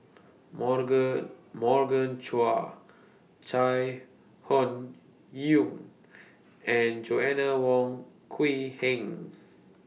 Morgan Morgan Chua Chai Hon Yoong and Joanna Wong Quee Heng